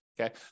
Okay